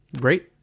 Great